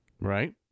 Right